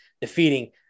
defeating